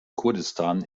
kurdistan